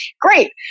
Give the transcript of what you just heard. great